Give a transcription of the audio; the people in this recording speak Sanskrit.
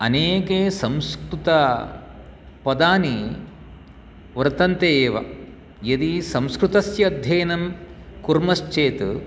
अनेके संस्कृतपदानि वर्तन्ते एव यदि संस्कृतस्य अध्ययनं कुर्मश्चेत्